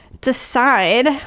decide